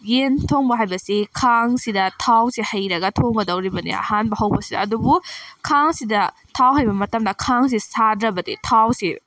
ꯌꯦꯟ ꯊꯣꯡꯕ ꯍꯥꯏꯕꯁꯤ ꯈꯥꯡꯁꯤꯗ ꯊꯥꯎꯁꯤ ꯍꯩꯔꯒ ꯊꯣꯡꯒꯗꯧꯔꯤꯕꯅꯤ ꯑꯍꯥꯟꯕ ꯍꯧꯕꯁꯤꯗ ꯑꯗꯨꯕꯨ ꯈꯥꯡꯁꯤꯗ ꯊꯥꯎ ꯍꯩꯕ ꯃꯇꯝꯗ ꯈꯥꯡꯁꯦ ꯁꯥꯗ꯭ꯔꯕꯗꯤ ꯊꯥꯎꯁꯤ